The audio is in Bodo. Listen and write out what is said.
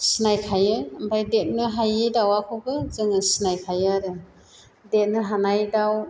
सिनायखायो ओमफ्राय देरनो हायि दाउखौबो जोङो सिनायखायो आरो देरनो हानाय दाउ